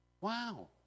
Wow